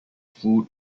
food